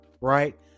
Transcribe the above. right